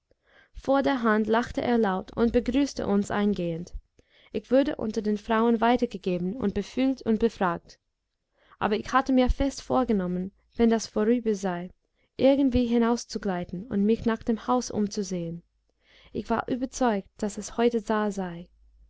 vor der hand lachte er laut und begrüßte uns eingehend ich wurde unter den frauen weitergegeben und befühlt und befragt aber ich hatte mir fest vorgenommen wenn das vorüber sei irgendwie hinauszugleiten und mich nach dem haus umzusehen ich war überzeugt daß es heute da sei